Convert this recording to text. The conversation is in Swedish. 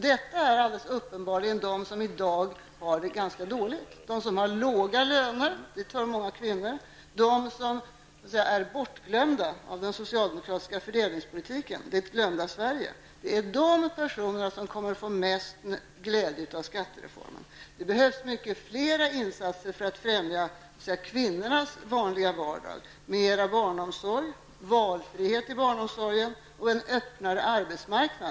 Det är alldeles uppenbart att det är de som i dag har det ganska dåligt ställt, som har låga löner -- och det gäller många kvinnor -- som är bortglömda i den socialdemokratiska fördelningspolitiken. Det talas ju om det glömda Sverige. Det är alltså för dessa personer som skattereformen kommer att vara till största glädje. Det behövs långt fler insatser för att förbättra kvinnornas vardag. Det behövs alltså mer av barnomsorg, valfrihet i barnomsorgen och en öppnare arbetsmarknad.